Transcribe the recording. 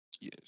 Yes